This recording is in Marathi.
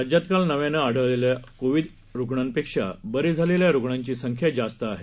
राज्यात काल नव्यानं आढळलेल्या कोविड रुग्णांपेक्षा बरे झालेल्या रुग्णांची संख्या जास्त आहे